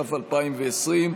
התש"ף 2020,